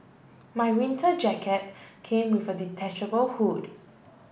my winter jacket came with a detachable hood